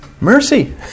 mercy